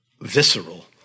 Visceral